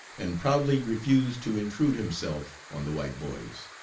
and proudly refused to intrude himself on the white boys.